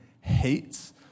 hates